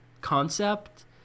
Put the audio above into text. concept